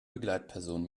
begleitperson